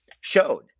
showed